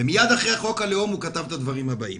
ומייד אחרי חוק הלאום הוא כתב את הדברים הבאים: